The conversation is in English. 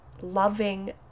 loving